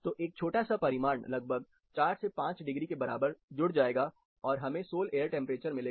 तो एक छोटा सा परिमाण लगभग 4 से 5 डिग्री के बराबर जुड़ जाएगा और हमें सोल एयर टेंपरेचर मिलेगा